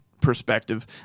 perspective